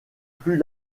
plus